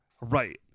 Right